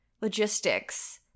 logistics